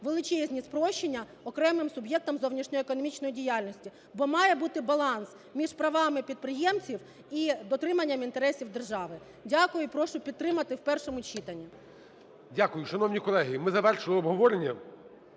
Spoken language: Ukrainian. величезні спрощення окремим суб'єктам зовнішньоекономічної діяльності. Бо має бути баланс між правами підприємців і дотриманням інтересів держави. Дякую. І прошу підтримати в першому читанні. Веде засідання Голова Верховної